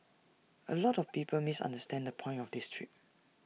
A lot of people misunderstand the point of this trip